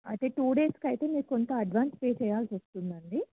అయితే టూ డేస్కు అయితే మీరు కొంత అడ్వాన్స్ పే చేయాల్సి వస్తుంది అండి